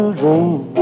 dream